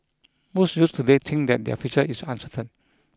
most youths today think that their future is uncertain